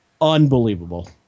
unbelievable